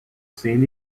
seen